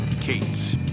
Kate